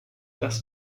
das